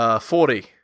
Forty